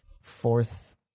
fourth